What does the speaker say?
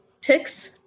ticks